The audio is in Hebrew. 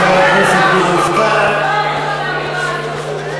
זה לא נכון,